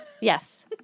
yes